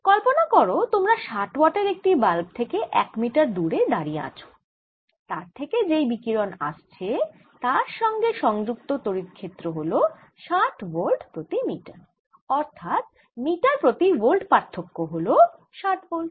কল্পনা করো তোমরা ষাট ওয়াটের একটি বাল্ব থেকে এক মিটার দূরে দাঁড়িয়ে আছো তার থেকে যেই বিকিরণ আসছে তার সঙ্গে সংযুক্ত তড়িৎ ক্ষেত্র হল ষাট ভোল্ট প্রতি মিটার অর্থাৎ মিটার প্রতি ভোল্ট পার্থক্য হল ষাট ভোল্ট